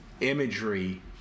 imagery